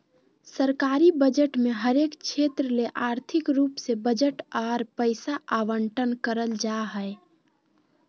सरकारी बजट मे हरेक क्षेत्र ले आर्थिक रूप से बजट आर पैसा आवंटन करल जा हय